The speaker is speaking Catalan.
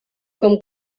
com